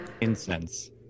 Incense